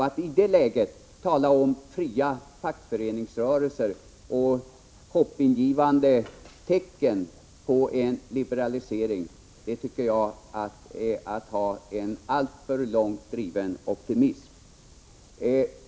Att i det läget tala om fria fackföreningsrörelser och hoppingivande tecken på en liberalisering är enligt min mening att vara alltför optimistisk.